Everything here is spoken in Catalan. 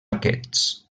aquests